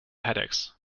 headaches